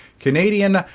Canadian